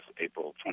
April